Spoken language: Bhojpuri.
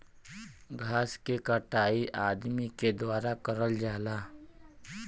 घास के कटाई अदमी के द्वारा करल जाला